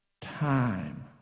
Time